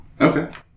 Okay